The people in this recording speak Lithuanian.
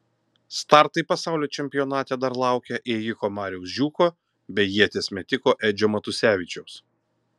startai pasaulio čempionate dar laukia ėjiko mariaus žiūko bei ieties metiko edžio matusevičiaus